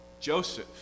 Joseph